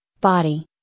body